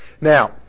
Now